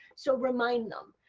so remind them.